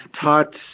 taught